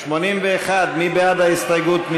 מס' 81, מי בעד ההסתייגות?